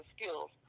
skills